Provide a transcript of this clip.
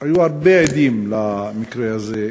היו הרבה עדים למקרה הזה.